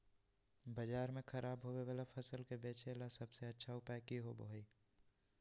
बाजार में खराब होबे वाला फसल के बेचे ला सबसे अच्छा उपाय की होबो हइ?